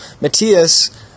Matthias